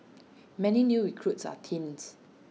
many new recruits are teens